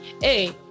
hey